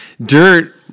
Dirt